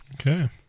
okay